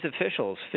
officials